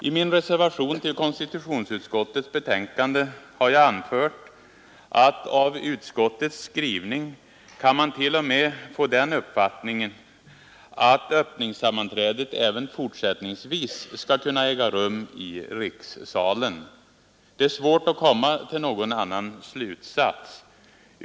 I min reservation till konstitutionsutskottets betänkande har jag anfört att av utskottets skrivning kan man till och med få den uppfattningen att öppningssammanträdet även fortsättningsvis skall kunna äga rum i rikssalen. Det är svårt att komma till någon annan slutsats.